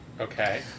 Okay